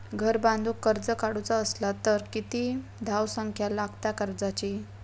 घर बांधूक कर्ज काढूचा असला तर किती धावसंख्या लागता कर्जाची?